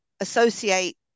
associate